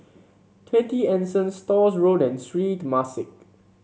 Twenty Anson Stores Road and Sri Temasek